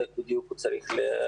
איך בדיוק זה צריך להיראות.